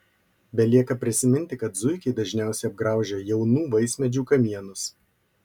belieka prisiminti kad zuikiai dažniausiai apgraužia jaunų vaismedžių kamienus